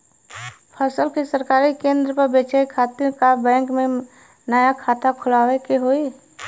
फसल के सरकारी केंद्र पर बेचय खातिर का बैंक में नया खाता खोलवावे के होई?